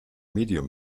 medium